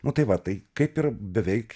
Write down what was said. nu tai va tai kaip ir beveik